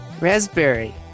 Raspberry